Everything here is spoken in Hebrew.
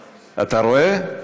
אדוני,